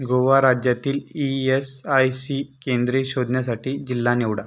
गोवा राज्यातील E S I C केंद्रे शोधण्यासाठी जिल्हा निवडा